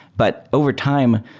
but overtime,